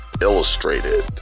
illustrated